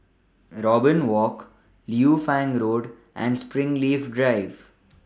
Robin Walk Liu Fang Road and Springleaf Drive